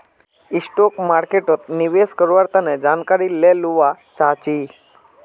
stock मार्केटोत निवेश कारवार तने जानकारी ले लुआ चाछी